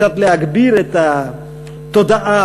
קצת להגביר את התודעה,